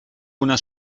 una